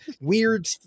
weird